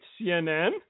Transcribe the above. CNN